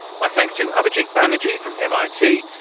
my thanks to abhijit banerjee from mit,